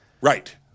Right